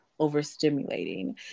overstimulating